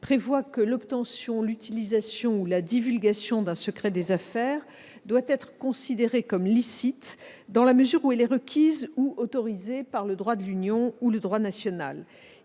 prévoit que l'obtention, l'utilisation ou la divulgation d'un secret des affaires doit être considérée comme licite dans la mesure où elle est requise ou autorisée par le droit de l'Union ou le droit national.